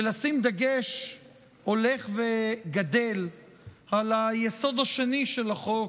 ולשים דגש הולך וגדל על היסוד השני של החוק,